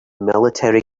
military